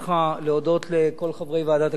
להודות לכל חברי ועדת הכספים